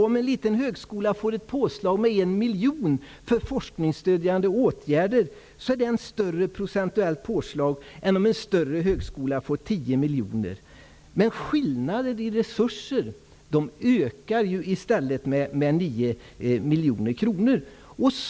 Om en liten högskola får ett påslag med 1 miljon kronor för forskningsstödjande åtgärder är det ett större procentuellt påslag än om en större högskola får 10 miljoner kronor. Men skillnaden i resurser ökar med 9 miljoner kronor.